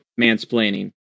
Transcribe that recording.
mansplaining